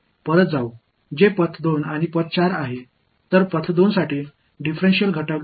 எனவே பாதை 2 க்கு டிஃபரென்சியல் உறுப்பு என்ன